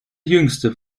jüngste